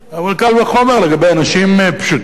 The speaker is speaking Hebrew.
אבל קל וחומר לגבי אנשים פשוטים,